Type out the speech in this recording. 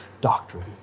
doctrine